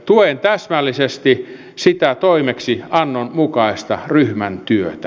tuen täsmällisesti sitä toimeksiannon mukaista ryhmän työtä